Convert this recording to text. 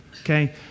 Okay